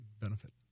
benefit